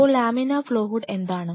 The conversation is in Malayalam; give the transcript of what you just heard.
അപ്പോൾ ലാമിനാർ ഫ്ലോ ഹുഡ് എന്താണ്